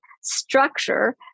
structure